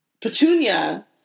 Petunia